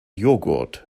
jogurt